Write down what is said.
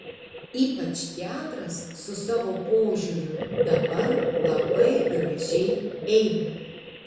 ypač teatras su savo požiūriu dabar labai gražiai eina